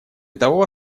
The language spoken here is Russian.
того